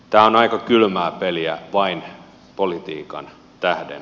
tämä on aika kylmää peliä vain politiikan tähden